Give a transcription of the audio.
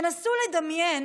נסו לדמיין